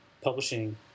publishing